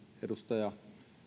edustaja